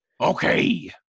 Okay